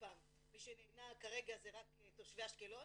מי שנהנה כרגע זה רק תושבי אשקלון